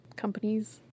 companies